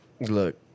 Look